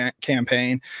campaign